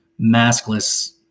maskless